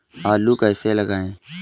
आलू कैसे लगाएँ?